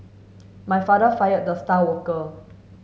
my father fired the star worker